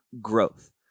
growth